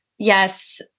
yes